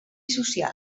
social